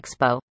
Expo